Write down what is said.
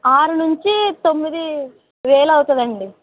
ఆరు నుంచి తొమ్మిది వేలు అవుతుంది అండి